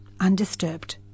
undisturbed